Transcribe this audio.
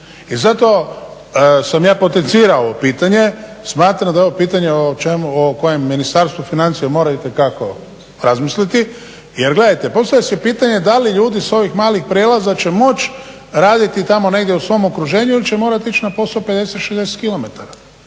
I zato sam ja potencirao pitanje, smatram da je ovo pitanje o čemu, o kojem Ministarstvo financija mora itekako razmislite jer gledajte postavlja se pitanje da li ljudi s ovih malih prijelaza će moć raditi tamo negdje u svome okruženju ili će morati ići na posao 50, 60